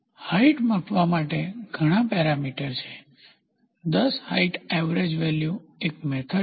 હાઇટને માપવા માટે ઘણા પેરામીટર છે 10 હાઇટ એવરેજ વેલ્યુ એક મેથડ છે